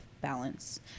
balance